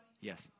Yes